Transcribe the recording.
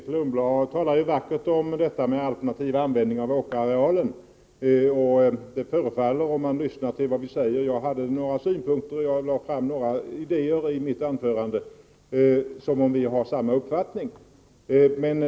Herr talman! Grethe Lundblad talar vackert om den alternativa användningen av åkerareal. Om man lyssnar till vad vi här säger — jag anlade några synpunkter och presenterade några idéer i mitt anförande — förefaller det som om vi har samma uppfattning.